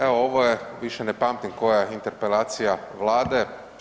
Evo ovo je više ne pamtim koja interpelacija Vlade.